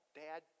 dad